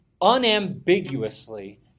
unambiguously